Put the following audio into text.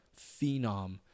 phenom